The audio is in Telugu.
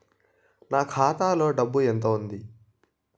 నా ఖాతాలో డబ్బు ఎంత ఉంది?